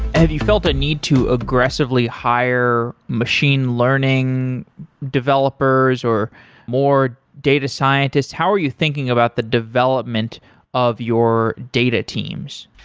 have you felt a need to aggressively hire machine learning developers or more data scientists? how are you thinking about the development of your data teams?